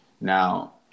Now